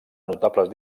notables